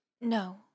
No